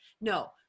No